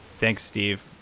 thanks, steve.